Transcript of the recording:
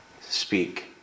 speak